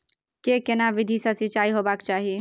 के केना विधी सॅ सिंचाई होबाक चाही?